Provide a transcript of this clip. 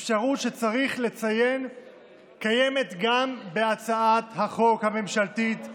אפשרות שצריך לציין שקיימת גם בהצעת החוק הממשלתית,